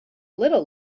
little